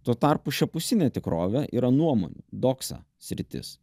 tuo tarpu šiapusinė tikrovė yra nuomonių doksa sritis